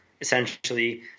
Essentially